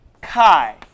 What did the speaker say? Kai